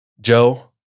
Joe